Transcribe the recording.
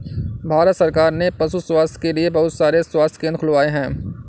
भारत सरकार ने पशु स्वास्थ्य के लिए बहुत सारे स्वास्थ्य केंद्र खुलवाए हैं